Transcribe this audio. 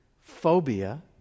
phobia